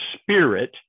Spirit